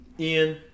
Ian